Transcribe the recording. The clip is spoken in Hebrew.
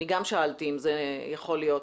אני גם שאלתי אם זה יכול להיות.